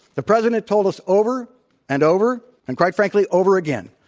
the president told us over and over, and quite frankly, over again,